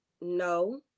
no